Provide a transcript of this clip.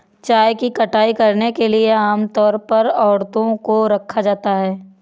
चाय की कटाई करने के लिए आम तौर पर औरतों को रखा जाता है